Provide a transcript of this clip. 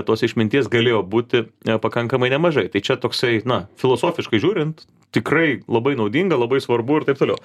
tos išminties galėjo būti pakankamai nemažai tai čia toksai na filosofiškai žiūrint tikrai labai naudinga labai svarbu ir taip toliau